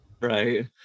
Right